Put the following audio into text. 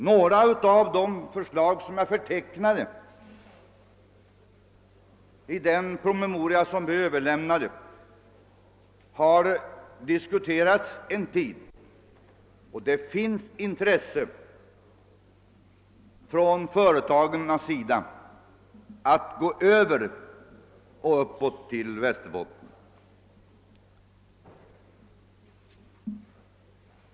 Några av de förslag som var förtecknade i den promemoria som vi överlämnade har diskuterats en tid, och det finns intresse från företagens sida att lokalisera företagsamhet till Västerbotten.